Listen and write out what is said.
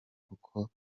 uko